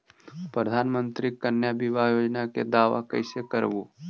प्रधानमंत्री कन्या बिबाह योजना के दाबा कैसे करबै?